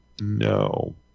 No